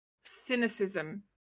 cynicism